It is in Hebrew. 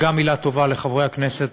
גם מילה טובה לחברי כנסת,